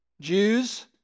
Jews